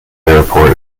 airport